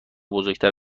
بزرگتر